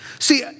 See